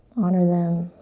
honor them,